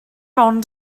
ond